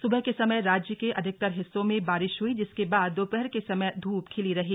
सुबह के समय राज्य के अधिकतर हिस्सों में बारिश हुई जिसके बाद दोपहर के समय धूप खिली रही